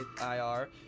IR